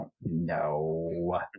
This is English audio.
No